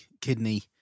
kidney